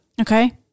Okay